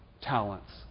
talents